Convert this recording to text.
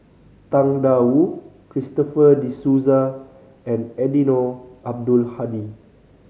Tang Da Wu Christopher De Souza and Eddino Abdul Hadi